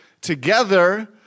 Together